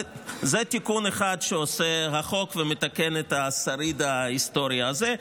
זה תיקון אחד שעושה החוק ומתקן את השריד ההיסטורי הזה.